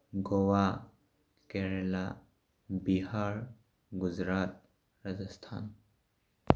Goa Kerala Bihar Gujarat Rajasthan